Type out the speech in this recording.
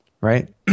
Right